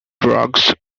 drugs